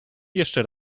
jeszcze